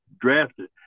drafted